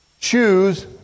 Choose